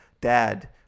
dad